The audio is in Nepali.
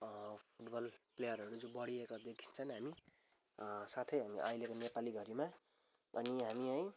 फुटबल प्लेयरहरू चाहिँ जो बढिएका देखिन्छन् हामी साथै हामीले अहिलेको नेपालीभरिमा अनि हामी है